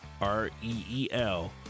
R-E-E-L